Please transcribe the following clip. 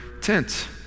tent